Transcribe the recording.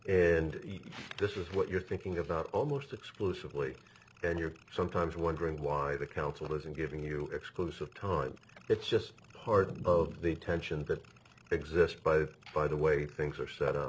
is this is what you're thinking about almost exclusively in your sometimes wondering why the counselors and giving you exclusive time it's just hard of the tensions that exist by that by the way things are set up